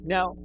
Now